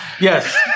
Yes